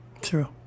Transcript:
True